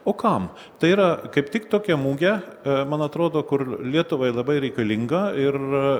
o kam tai yra kaip tik tokia mugė man atrodo kur lietuvai labai reikalinga ir